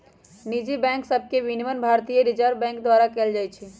निजी बैंक सभके विनियमन भारतीय रिजर्व बैंक द्वारा कएल जाइ छइ